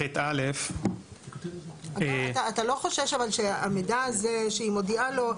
אבל אתה לא חושב שהמידע הזה שהיא מודיעה לו,